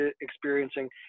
experiencing